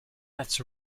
that’s